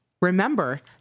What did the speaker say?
Remember